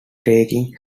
talking